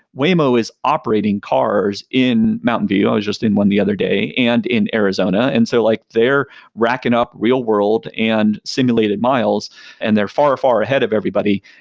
waymo is operating cars in mountainville, i was just in one the other day, and in arizona. and so like they're racking up real-world and simulated miles and they're far, far ahead of everybody,